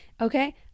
Okay